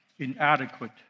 inadequate